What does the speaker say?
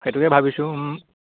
সেইটোহে ভাবিছোঁ